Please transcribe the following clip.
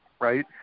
right